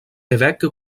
évêque